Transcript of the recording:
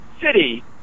city